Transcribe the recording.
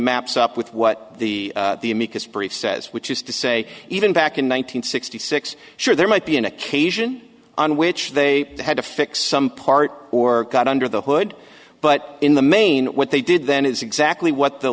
maps up with what the the amicus brief says which is to say even back in one thousand nine hundred sixty six sure there might be an occasion on which they had to fix some part or got under the hood but in the main what they did then is exactly what the